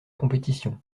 compétition